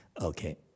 okay